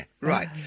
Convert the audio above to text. right